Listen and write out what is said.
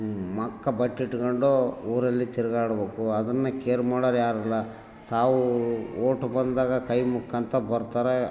ಮಕ್ಕ ಬೊಟ್ ಇಡ್ಕೊಂಡು ಊರಲ್ಲಿ ತಿರ್ಗಾಡ್ಬೇಕು ಅದನ್ನು ಕೇರ್ ಮಾಡೋರು ಯಾರು ಇಲ್ಲ ತಾವು ವೋಟ್ ಬಂದಾಗ ಕೈ ಮುಗ್ಕೊಂತ ಬರ್ತಾರೆ